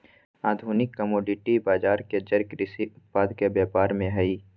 आधुनिक कमोडिटी बजार के जड़ कृषि उत्पाद के व्यापार में हइ